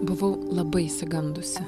buvau labai išsigandusi